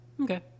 okay